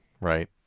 right